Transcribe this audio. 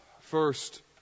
First